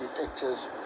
pictures